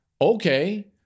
Okay